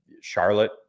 Charlotte